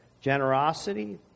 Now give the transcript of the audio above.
generosity